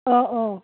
औ औ